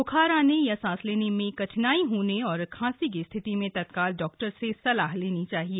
ब्खार आने सांस लेने में कठिनाई होने और खांसी की स्थिति में तत्काल डॉक्टर से सलाह लेनी चाहिए